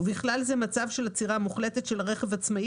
ובכלל זה מצב של עצירה מוחלטת של הרכב העצמאי